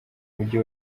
mujyi